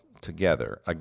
together